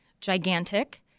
gigantic